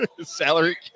salary